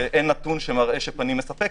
שאין נתון שמראה שפנים מספק,